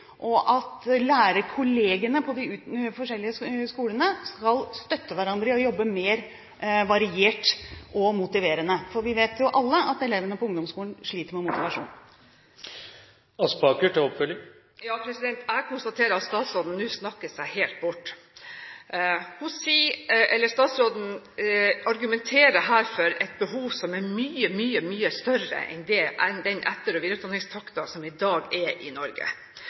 og for at lærerkollegene på de forskjellige skolene skal støtte hverandre i å jobbe mer variert og motiverende. For vi vet jo alle at elevene på ungdomsskolen sliter med motivasjonen. Jeg konstaterer at statsråden nå snakker seg helt bort. Statsråden argumenterer her for et behov som er mye større enn den etter- og videreutdanningstakten som er i Norge i dag.